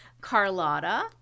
Carlotta